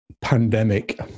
pandemic